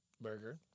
burger